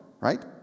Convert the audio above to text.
right